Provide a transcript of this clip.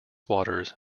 waters